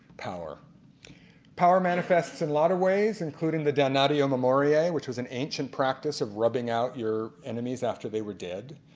power power manifests in a lot of ways including the damnatio memonae which was an ancient practice of rubbing out your enemies after they were dead.